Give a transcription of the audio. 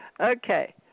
okay